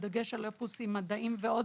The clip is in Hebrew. בדגש על אפוסים מדעיים ועוד,